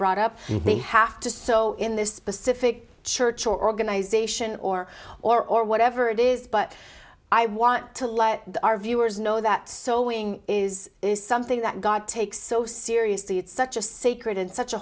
brought up they have to so in this specific church or organization or or or whatever it is but i want to let our viewers know that sewing is something that god takes so seriously it's such a sacred